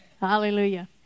Hallelujah